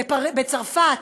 בצרפת,